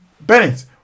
Bennett